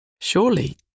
Surely